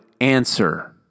answer